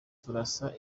turasa